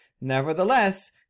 nevertheless